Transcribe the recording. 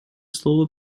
слово